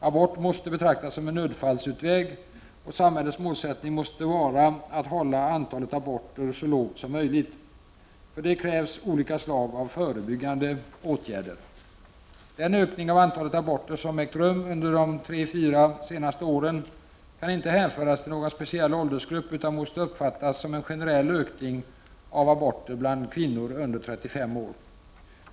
Abort måste betraktas som en nödfallsutväg, och samhällets målsättning måste vara att hålla antalet aborter så lågt som möjligt. För det krävs olika slag av förebyggande åtgärder. Den ökning av antalet aborter som ägt rum under de tre fyra senaste åren kan inte hänföras till någon speciell åldersgrupp utan måste uppfattas som en generell ökning av aborter bland kvinnor under 35 år.